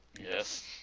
Yes